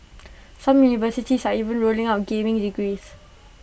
some universities are even rolling out gaming degrees